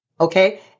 okay